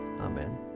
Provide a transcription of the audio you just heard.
Amen